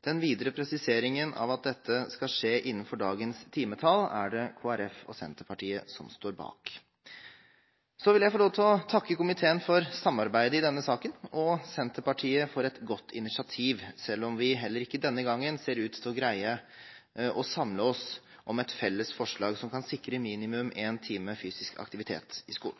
Den videre presiseringen av at dette skal skje innenfor dagens timetall, er det Kristelig Folkeparti og Senterpartiet som står bak. Så vil jeg få lov til takke komiteen for samarbeidet i denne saken, og Senterpartiet for et godt initiativ, selv om vi heller ikke denne gangen ser ut til å greie å samle oss om et felles forslag som kan sikre minimum 1 time daglig fysisk aktivitet i skolen.